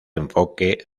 enfoque